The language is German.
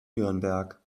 nürnberg